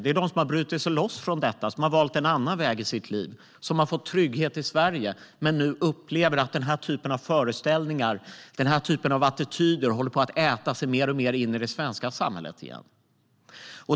Det är de som har brutit sig loss från detta, som har valt en annan väg i sitt liv, som har fått trygghet i Sverige men som nu upplever att den här typen av föreställningar och attityder håller på att äta sig in mer och mer i det svenska samhället igen.